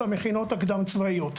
למכינות הקדם צבאיות,